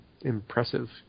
impressive